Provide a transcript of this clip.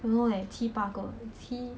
!walao! must remove all the 乖乖